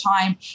time